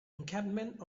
encampment